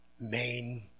main